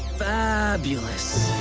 fabulous